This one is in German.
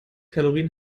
kalorien